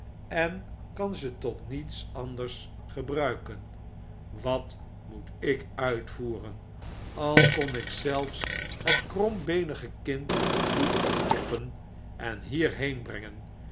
en kan ze tot niets anders gebruiken wat moet ik uitvoeren al kon ik zelfs het krombeenige kind doen opkloppen en hierheen brengen